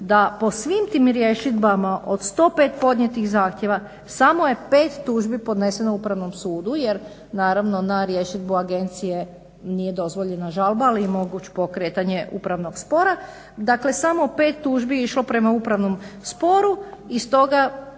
da po svim tim rješidbama od 105 podnijetih zahtjeva samo je 5 tužbi podneseno Upravnom sudu jer naravno na rječniku agencije nije dozvoljena žalba, ali je moguće pokretanje upravnog spora. Dakle samo 5 tužbi išlo je prema upravnom sporu i iz toga